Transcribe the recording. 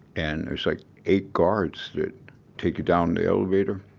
and there was like eight guards that take you down in the elevator,